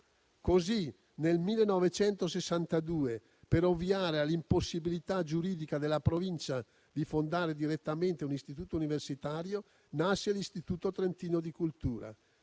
Così nel 1962, per ovviare all'impossibilità giuridica della Provincia di fondare direttamente un istituto universitario, nasce l'Istituto trentino di cultura.